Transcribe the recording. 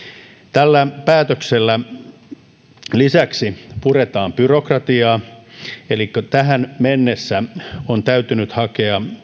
tällä päätöksellä puretaan lisäksi byrokratiaa eli tähän mennessä on täytynyt hakea